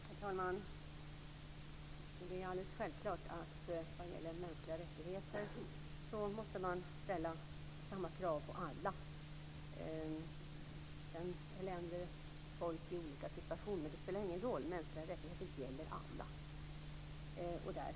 Herr talman! Det är självklart att man vad gäller mänskliga rättigheter måste ställa samma krav på alla. Länder och folk är i olika situationer, men det spelar ingen roll, därför att mänskliga rättigheter gäller alla.